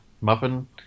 muffin